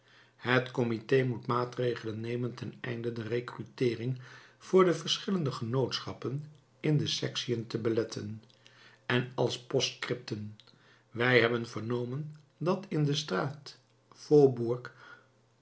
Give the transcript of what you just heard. het comité moet maatregelen nemen ten einde de recruteering voor de verschillende genootschappen in de sectiën te beletten en als postcriptum wij hebben vernomen dat in de straat